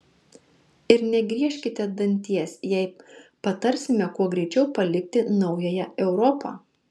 ir negriežkite danties jei patarsime kuo greičiau palikti naująją europą